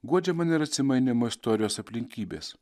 guodžia mane ir atsimainymo istorijos aplinkybės